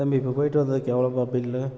தம்பி இப்போ போய்விட்டு வந்ததுக்கு எவ்வளோப்பா பில்லு